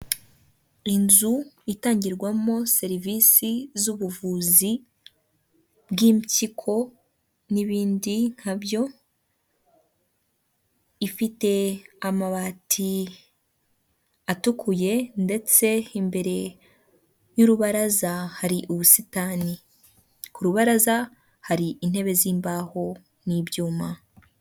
Inzu itangirwamo serivisi z'ubuvuzi bw'impyiko n'ibindi nk'abyo, ifite amabati atukuye ndetse imbere y'urubaraza hari ubusitani, ku rubaraza hari intebe z'imbaho n'ibyuma.